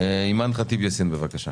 אימאן ח'טיב יאסין, בבקשה.